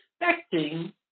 expecting